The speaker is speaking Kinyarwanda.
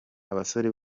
abasore